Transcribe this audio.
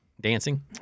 Dancing